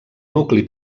nucli